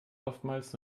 oftmals